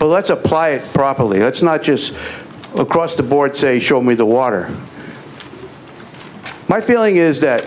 let's apply it properly it's not just across the board say show me the water my feeling is that